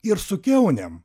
ir su kiaunėm